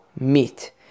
meat